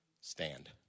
stand